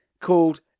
called